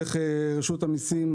דרך רשות המיסים,